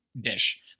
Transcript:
dish